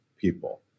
people